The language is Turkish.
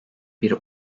bir